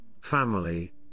family